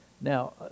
Now